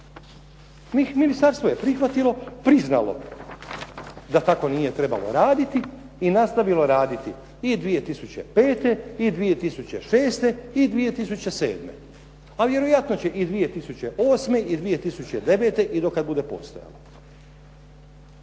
Ministarstvo je prihvatilo, priznalo da tako nije trebalo raditi i nastavilo raditi i 2005. i 2006., i 2007. a vjerojatno će i 2008. i 2009. i do kad bude postojalo.